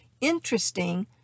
interesting